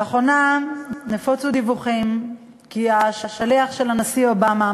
לאחרונה נפוצו דיווחים כי השליח של הנשיא אובמה,